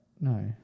No